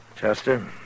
Chester